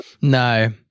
No